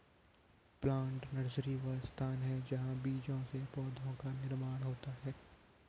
plant nursery वह स्थान है जहां बीजों से पौधों का निर्माण होता है